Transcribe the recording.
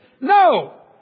no